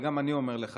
ואני אומר גם לך,